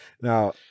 now